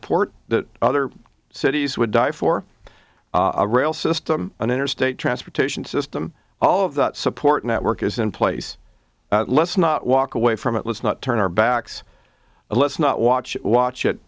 port that other cities would die for a rail system an interstate transportation system all of the support network is in place let's not walk away from it let's not turn our backs let's not watch watch it